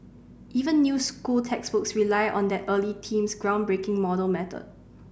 even new school textbooks rely on that early team's groundbreaking model method